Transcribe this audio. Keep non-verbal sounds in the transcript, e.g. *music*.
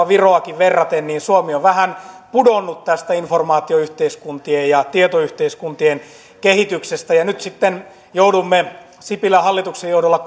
*unintelligible* viroonkin verrattuna että suomi on vähän pudonnut tästä informaatioyhteiskuntien ja tietoyhteiskuntien kehityksestä ja nyt sitten joudumme sipilän hallituksen johdolla *unintelligible*